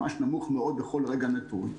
ממש נמוך מאוד בכל רגע נתון,